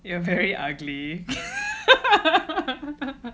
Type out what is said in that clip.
you are very ugly